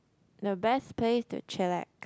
the best place to chillax